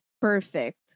perfect